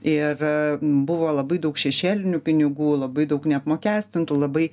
ir buvo labai daug šešėlinių pinigų labai daug neapmokestintų labai